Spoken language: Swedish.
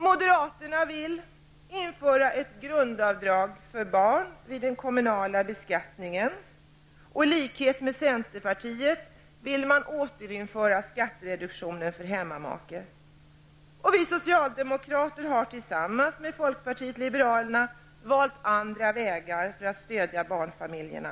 Moderaterna vill införa ett grundavdrag för barn vid den kommunala beskattningen, och i likhet med centerpartiet vill man återinföra skattereduktionen för hemmamake. Men vi socialdemokrater har tillsammans med folkpartiet liberalerna valt andra vägar för att stödja barnfamiljerna.